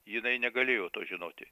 jinai negalėjo to žinoti